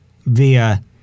via